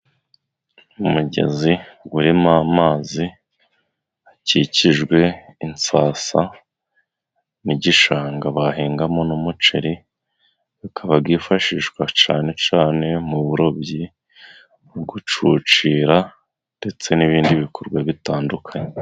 Umugezi urimo amazi akikijwe insasa n'igishanga, bahingamo n'umuceri bikaba byifashishwa cyane cyane mu burobyi, gucucira ndetse n'ibindi bikorwa bitandukanye.